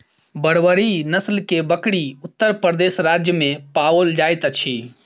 बर्बरी नस्ल के बकरी उत्तर प्रदेश राज्य में पाओल जाइत अछि